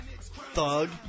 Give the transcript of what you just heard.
Thug